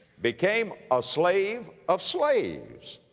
became a slave of slaves.